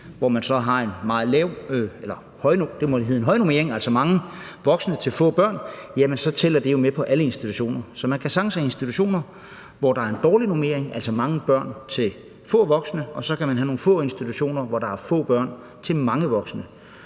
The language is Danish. hvor man så har en meget høj normering, altså mange voksne til få børn, så tæller det jo med for alle institutioner. Så man kan sagtens have institutioner, hvor der er en dårlig normering, altså få voksne til mange børn, og så kan man have nogle få institutioner, hvor der er mange voksne